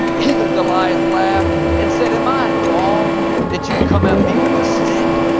even goliath laughed and said, am i a dog that you'd come at me with a stick?